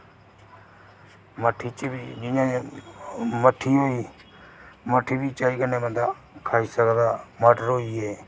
मट्ठी च बी जि'यां मट्ठी होई मट्ठी बी चाही कन्नै बंदा खाई सकदा मटर होइये